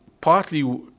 partly